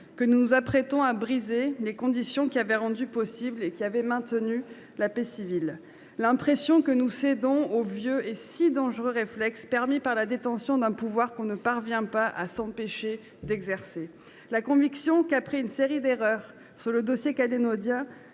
nous nous apprêtons à briser les conditions qui avaient rendu possible et maintenu la paix civile, l’impression que nous cédons au vieux et si dangereux réflexe permis par la détention d’un pouvoir que nous ne parvenons pas à nous empêcher d’exercer, la conviction, enfin, que, après une série d’erreurs sur le dossier calédonien,